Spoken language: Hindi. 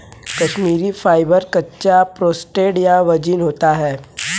कश्मीरी फाइबर, कच्चा, प्रोसेस्ड या वर्जिन होता है